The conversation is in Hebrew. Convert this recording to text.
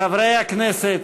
חברי הכנסת,